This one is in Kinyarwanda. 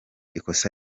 ikosa